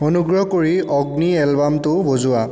অনুগ্ৰহ কৰি অগ্নি এলবামটো বজোৱা